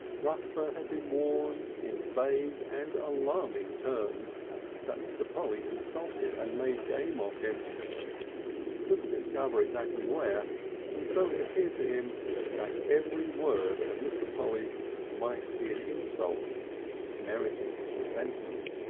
rusper had been warned in vague and alarming terms that mr. polly insulted and made game of him he couldn't discover exactly where and so it appeared to him now that every word of mr. polly's might be an insult meriting his resentment,